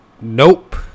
nope